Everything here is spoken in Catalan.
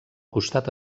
costat